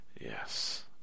Yes